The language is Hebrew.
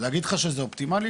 להגיד לך שזה אופטימלי?